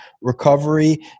recovery